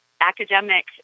academic